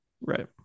Right